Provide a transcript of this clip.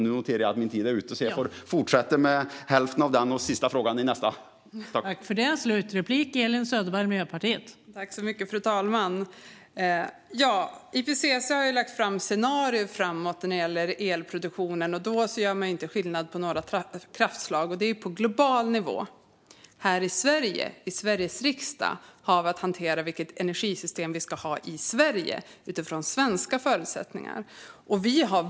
Nu tog min talartid slut så jag får fortsätta med halva denna och resterande fråga i nästa anförande.